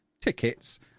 tickets